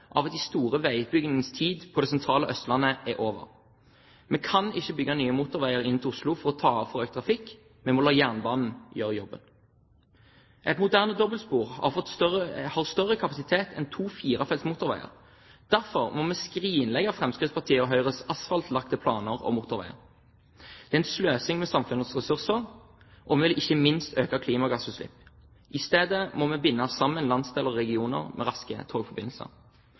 av at de store veiutbyggingenes tid på det sentrale Østlandet er over. Vi kan ikke bygge nye motorveier inn til Oslo for å ta av for økt trafikk. Vi må la jernbanen gjøre jobben. Et moderne dobbeltspor har større kapasitet enn to firefelts motorveier. Derfor må vi skrinlegge Fremskrittspartiets og Høyres asfaltlagte planer om motorveier. Det er sløsing med samfunnets ressurser, og det vil ikke minst øke klimagassutslipp. I stedet må vi binde sammen landsdeler og regioner med raske togforbindelser.